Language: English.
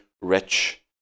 rich